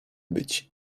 być